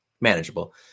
manageable